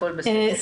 הכול בסדר.